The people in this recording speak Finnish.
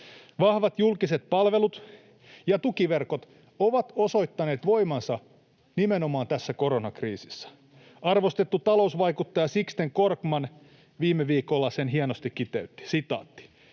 Vahvat julkiset palvelut ja tukiverkot ovat osoittaneet voimansa nimenomaan tässä koronakriisissä. Arvostettu talousvaikuttaja Sixten Korkman viime viikolla sen hienosti kiteytti: ”Jos